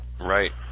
Right